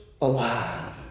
alive